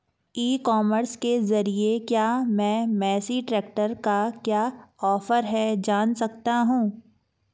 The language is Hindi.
ई कॉमर्स के ज़रिए क्या मैं मेसी ट्रैक्टर का क्या ऑफर है जान सकता हूँ?